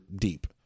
deep